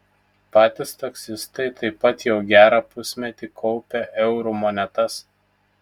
patys taksistai taip pat jau gerą pusmetį kaupia eurų monetas